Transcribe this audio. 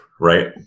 Right